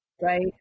Right